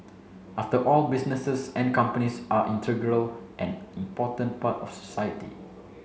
after all businesses and companies are integral and important part of society